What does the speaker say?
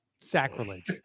Sacrilege